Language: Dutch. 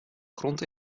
grond